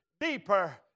deeper